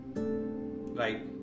Right